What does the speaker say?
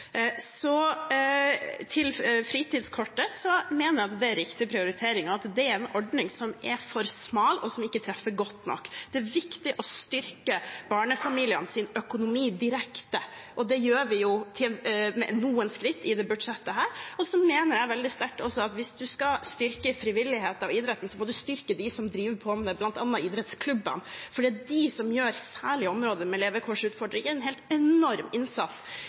Til fritidskortet: Jeg mener at det var en riktig prioritering, og at det er en ordning som er for smal, og som ikke treffer godt nok. Det er viktig å styrke barnefamilienes økonomi direkte. Det gjør vi med noen skritt i dette budsjettet. Så mener jeg veldig sterkt også at hvis man skal styrke frivilligheten og idretten, må man styrke dem som driver på med bl.a. idrettsklubbene, for det er de som særlig i områder med levekårsutfordringer gjør en helt enorm innsats